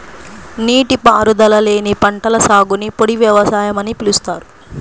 నీటిపారుదల లేని పంటల సాగుని పొడి వ్యవసాయం అని పిలుస్తారు